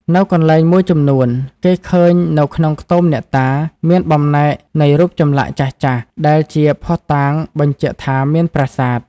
នៅកន្លែងមួយចំនួន គេឃើញនៅក្នុងខ្ទមអ្នកតា មានបំណែកនៃរូបចម្លាក់ចាស់ៗ ដែលជាភ័ស្តុតាងបញ្ជាក់ថាមានប្រាសាទ។